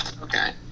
Okay